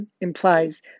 implies